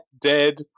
dead